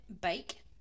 Bake